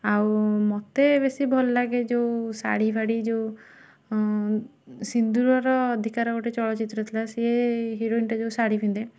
ଆଉ ମୋତେ ବେଶୀ ଭଲ ଲାଗେ ଯୋଉ ଶାଢ଼ି ଫାଢ଼ି ଯେଉଁ ସିନ୍ଦୂରର ଅଧିକାର ଗୋଟେ ଚଳଚ୍ଚିତ୍ର ଥିଲା ସିଏ ହିରୋଇନ୍ଟା ଯେଉଁ ଶାଢ଼ି ପିନ୍ଧେ